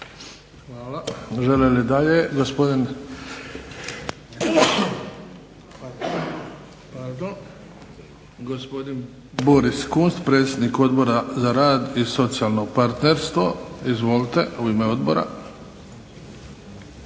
Hvala. Žele li dalje? Gospodin Boris Kunst, predsjednik Odbora za rad i socijalno partnerstvo. Izvolite u ime odbora.